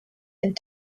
and